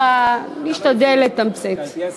זה על-פי הסעיף.